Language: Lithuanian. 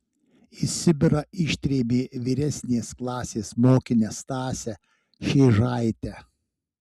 į sibirą ištrėmė vyresnės klasės mokinę stasę šėžaitę